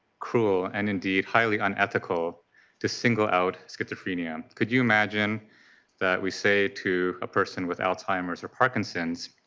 cruel, and indeed highly unethical to single out schizophrenia. could you imagine that we say to a person with alzheimer's or parkinson's,